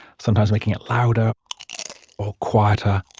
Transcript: sometimes making it louder or quieter.